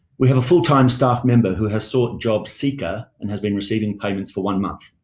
we have a full-time staff member who has sought jobseeker and has been receiving payments for one month.